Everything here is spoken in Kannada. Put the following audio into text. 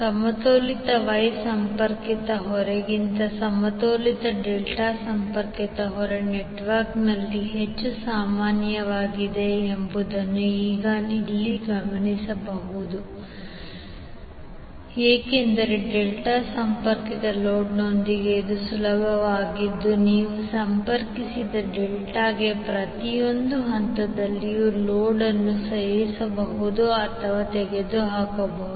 ಸಮತೋಲಿತ ವೈ ಸಂಪರ್ಕಿತ ಹೊರೆಗಿಂತ ಸಮತೋಲಿತ ಡೆಲ್ಟಾ ಸಂಪರ್ಕಿತ ಹೊರೆ ನೆಟ್ವರ್ಕ್ನಲ್ಲಿ ಹೆಚ್ಚು ಸಾಮಾನ್ಯವಾಗಿದೆ ಎಂಬುದನ್ನು ಈಗ ಇಲ್ಲಿ ಗಮನಿಸುವುದು ಮುಖ್ಯ ಏಕೆಂದರೆ ಡೆಲ್ಟಾ ಸಂಪರ್ಕಿತ ಲೋಡ್ನೊಂದಿಗೆ ಇದು ಸುಲಭವಾಗಿದ್ದು ನೀವು ಸಂಪರ್ಕಿಸಿದ ಡೆಲ್ಟಾದ ಪ್ರತಿಯೊಂದು ಹಂತದಿಂದಲೂ ಲೋಡ್ ಅನ್ನು ಸೇರಿಸಬಹುದು ಅಥವಾ ತೆಗೆದುಹಾಕಬಹುದು